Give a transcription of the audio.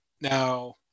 Now